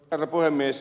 herra puhemies